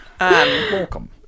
Welcome